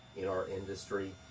in our industry.